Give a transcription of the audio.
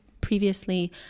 previously